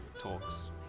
talks